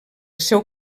seu